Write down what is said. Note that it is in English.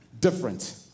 different